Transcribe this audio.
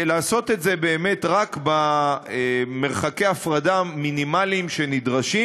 לעשות את זה באמת רק במרחקי הפרדה המינימליים שנדרשים